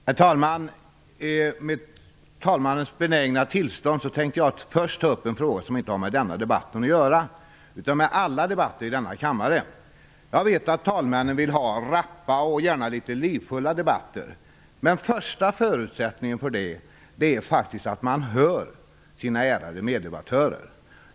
Herr talman! Med talmannens benägna tillstånd tänker jag först ta upp en fråga som inte har med denna debatt att göra utan med alla debatter i denna kammare. Jag vet att talmännen vill ha rappa och litet livfulla debatter. Men första förutsättningen för det är att man hör sina ärade meddebattörer.